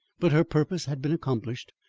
but her purpose had been accomplished,